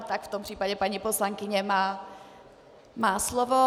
Tak v tom případě paní poslankyně má slovo.